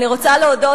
אני רוצה להודות